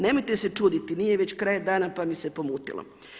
Nemojte se čuditi nije već kraj dana pa mi se pomutilo.